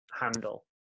handle